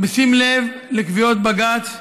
בשים לב לקביעות בג"ץ,